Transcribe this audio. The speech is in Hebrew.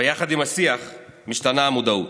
ויחד עם השיח משתנה המודעות.